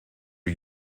are